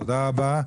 תודה רבה.